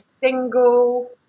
single